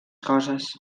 coses